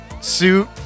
suit